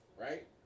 right